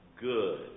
good